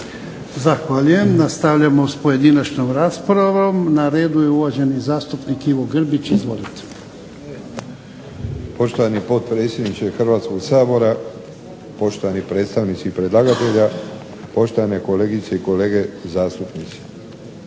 Zahvaljujem. Nastavljamo s pojedinačnom raspravom, na redu je uvaženi zastupnik Ivo Grbić. Izvolite. **Grbić, Ivo (HDZ)** Poštovani potpredsjedniče Hrvatskog sabora, poštovani predstavnici predlagatelja, poštovane kolegice i kolege zastupnici.